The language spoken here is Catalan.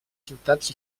ciutats